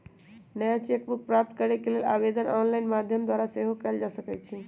नया cheque book प्राप्त करेके लेल आवेदन ऑनलाइन माध्यम द्वारा सेहो कएल जा सकइ छै